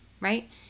right